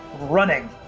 running